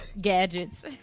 Gadgets